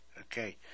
okay